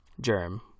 Germ